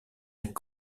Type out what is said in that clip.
est